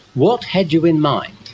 what had you in mind?